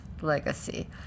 legacy